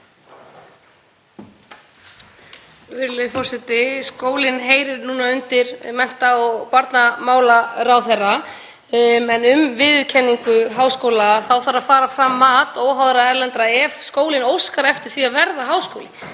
Virðulegi forseti. Skólinn heyrir núna undir mennta- og barnamálaráðherra. En varðandi viðurkenningu háskóla þá þarf að fara fram mat óháðra erlendra aðila ef skólinn óskar eftir því að verða háskóli,